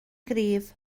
gryf